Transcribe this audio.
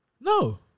No